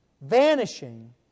vanishing